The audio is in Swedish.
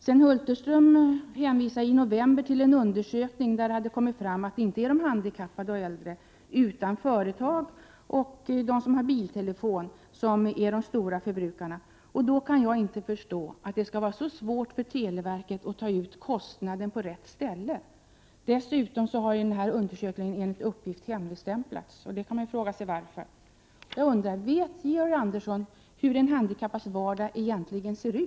Sven Hulterström hänvisade i november till en undersökning i vilken det framkommit att det inte är de handikappade och äldre utan företag och de som har biltelefon som är de stora användarna av nummerupplysningen. Då kan jag inte förstå att det skall vara så svårt för televerket att ta ut kostnaden på rätt ställe. Dessutom har denna undersökning enligt uppgift hemligstämplats. Man kan fråga sig varför. Vet Georg Andersson hur en handikappads vardag egentligen ser ut?